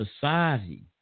society